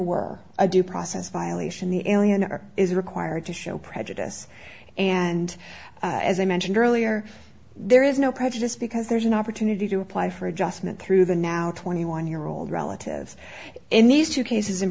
were a due process violation the alien r is required to show prejudice and as i mentioned earlier there is no prejudice because there's an opportunity to apply for adjustment through the now twenty one year old relative in these two cases in